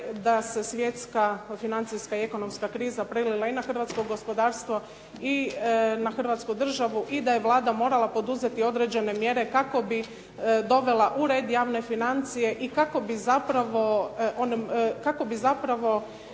da se svjetska financijska i ekonomska kriza prelila i na hrvatsko gospodarstvo i na Hrvatsku državu i da je Vlada morala poduzeti određene mjere kako bi dovela u red javne financije i kako bi zapravo